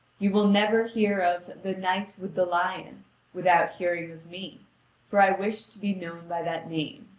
you will never hear of the knight with the lion without hearing of me for i wish to be known by that name.